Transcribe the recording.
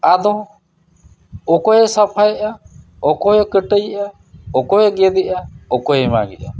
ᱟᱫᱚ ᱚᱠᱚᱭᱮ ᱥᱟᱯᱷᱟᱭᱮᱫᱼᱟ ᱚᱠᱚᱭᱮ ᱠᱟᱹᱴᱟᱹᱭᱮᱜᱼᱟ ᱚᱠᱚᱭᱮ ᱜᱮᱫ ᱮᱫᱼᱟ ᱚᱠᱚᱭᱮ ᱢᱟᱜ ᱮᱫᱼᱟ